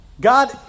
God